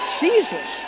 Jesus